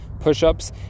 push-ups